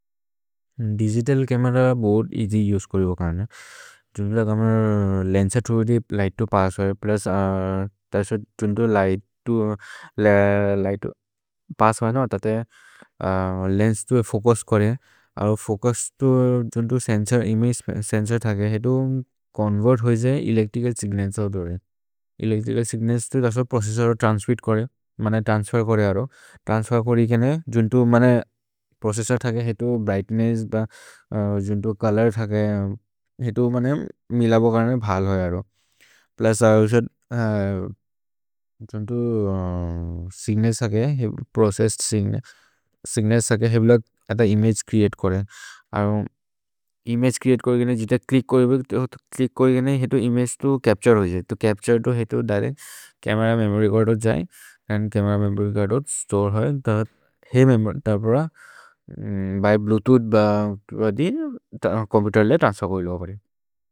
Digital camera बोहोत् easy उसे करिबु करने जुन्दुल camera lens through the light to pass वरे। प्लुस् तसो जुन्दु लिघ्त् तो पस्स् वरे न तते लेन्स् तो फोचुस् करे और् फोचुस् तो जुन्दु सेन्सोर्। इमगे सेन्सोर् थके हेतु चोन्वेर्त् होजे एलेच्त्रिचल् सिग्नल् तो दोरे एलेच्त्रिचल् सिग्नल् तो तसो प्रोचेस्सोर् तो त्रन्स्फेर् करे मन। त्रन्स्फेर् करे अरो त्रन्स्फेर् करि केने जुन्दु मन प्रोचेस्सोर् थके हेतु ब्रिघ्त्नेस्स् जुन्दु चोलोर् थके। हेतु मिलबो करने भल् होज् अरो प्लुस् अरुशर् जुन्दु सिग्नल् थके प्रोचेस्सेद् सिग्नल् सिग्नल् थके हेब्ल एत। इमगे च्रेअते करे इमगे च्रेअते करे गेने जित च्लिच्क् करिबे छ्लिच्क् करे गेने हेतु इमगे तो चप्तुरे होजे। तो चप्तुरे तो हेतु दिरेच्त् चमेर मेमोर्य् चर्द् होत् जये। छमेर मे मेमोर्य् स्तोरे हो जये तो ब्य् भ्लुएतूथ् चोम्पुतेर् मे त्रन्स्फेर् हो जये।